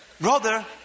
brother